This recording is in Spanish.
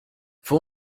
fue